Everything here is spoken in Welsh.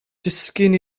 disgyn